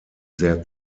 sehr